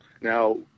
Now